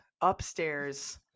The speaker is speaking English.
upstairs